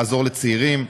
לעזור לצעירים,